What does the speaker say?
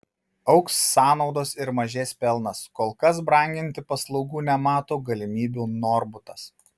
augs sąnaudos ir mažės pelnas kol kas branginti paslaugų nemato galimybių norbutas